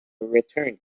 return